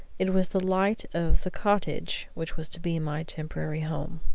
it was the light of the cottage which was to be my temporary home.